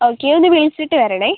okay ഒന്ന് വിളിച്ചിട്ട് വരണേ